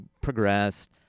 progressed